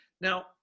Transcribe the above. Now